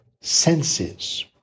senses